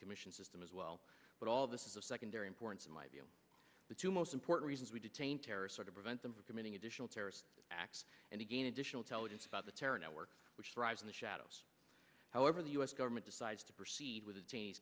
commission system as well but all of this is of secondary importance in my view the two most important reasons we detain terrorists or to prevent them from committing additional terrorist acts and again additional tell us about the terror network which thrives in the shadows however the us government decides to proceed with